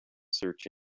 search